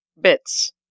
bits